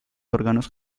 órganos